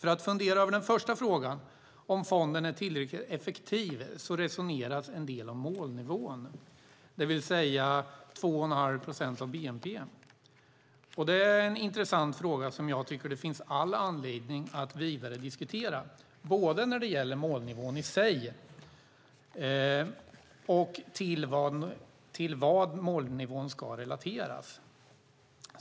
I funderingarna över den första frågan, om fonden är tillräckligt effektiv, resoneras en del om målnivån, det vill säga 2 1⁄2 procent av bnp. Det är en intressant fråga som jag tycker att det finns all anledning att vidare diskutera, både målnivån i sig och till vad målnivån ska relateras.